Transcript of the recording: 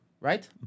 Right